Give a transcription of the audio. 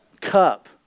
cup